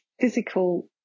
physical